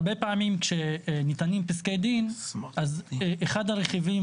הרבה פעמים כשניתנים פסקי דין אז אחד הרכיבים